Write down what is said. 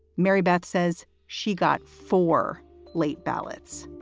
mary beth says she got four late ballots